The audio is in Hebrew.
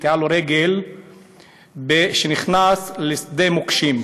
נקטעה לו רגל כשנכנס לשדה מוקשים,